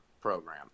program